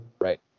Right